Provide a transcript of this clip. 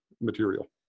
material